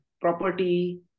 property